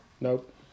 Nope